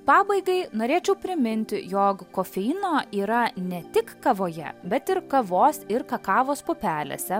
pabaigai norėčiau priminti jog kofeino yra ne tik kavoje bet ir kavos ir kakavos pupelėse